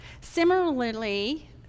Similarly